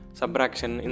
subtraction